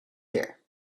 here